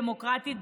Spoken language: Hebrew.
דמוקרטית,